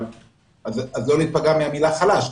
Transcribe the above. אז לא להיפגע מהמילה חלש.